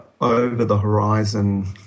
over-the-horizon